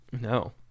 No